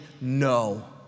no